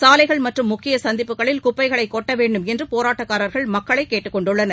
சாலைகள் மற்றும் முக்கிய சந்திப்புகளில் குப்பைகளை கொட்ட வேண்டும் என்று போராட்டக்காரர்கள் மக்களைக் கேட்டுக் கொண்டுள்ளனர்